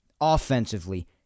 offensively